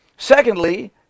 Secondly